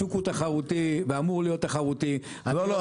השוק הוא תחרותי והוא אמור להיות תחרותי --- לא,